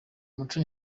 muco